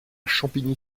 champigny